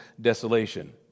desolation